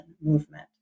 movement